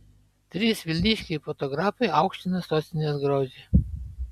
trys vilniškiai fotografai aukština sostinės grožį